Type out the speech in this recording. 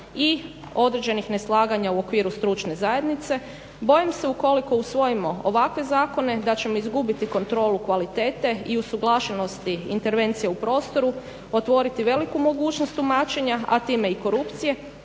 i određenih neslaganja u okviru stručne zajednice. Bojim se ukoliko usvojimo ovakve zakone da ćemo izgubiti kontrolu kvalitete i usuglašenosti intervencija u prostoru, otvoriti veliku mogućnost tumačenja a time i korupcije